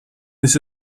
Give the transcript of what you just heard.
this